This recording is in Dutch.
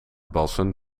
bassen